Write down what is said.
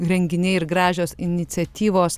renginiai ir gražios iniciatyvos